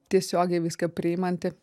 tiesiogiai viską priimanti